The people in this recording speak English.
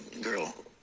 girl